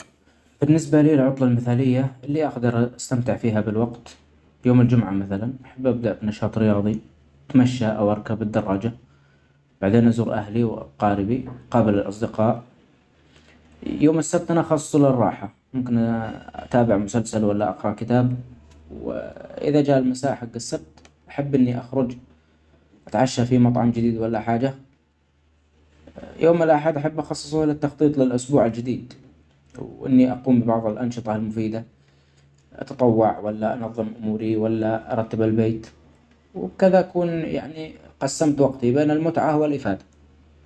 بالنسبة للعطلة المثالية اللي أجدر استمتع فيها بالوقت يوم الجمعة مثلا ببدأ بنشاط رياضي بتمشى أواركب الدراجة بعدين أزور أهلي وأقاربي أقابل الأصدقاء .يوم السبت أنا خصه للراحة ممكن أتابع مسلسل ولا أقرأ كتاب و-إذا جاء المساء حج السبت احب اني اخرج أتعشى في مطعم جديد ولا حاجة .ا يوم الأحد أحب اخصصه للتخطيط للاسبوع الجديد ,واني اقوم ببعض الانشطة المفيدة .أتطوع ولا انظم أموري ولا أرتب البيت ,وبكذا أكون يعني قسمت وقتي بين المتعة والافادة.